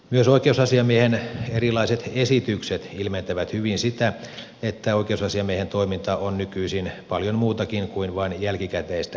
myös oikeusasiamiehen erilaiset esitykset ilmentävät hyvin sitä että oikeusasiamiehen toiminta on nykyisin paljon muutakin kuin vain jälkikäteistä laillisuusvalvontaa